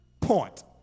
point